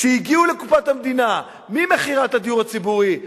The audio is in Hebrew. שהגיעו לקופת המדינה ממכירת הדיור הציבורי,